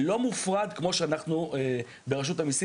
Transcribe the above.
לא מופרד כמו שאנחנו ברשות המיסים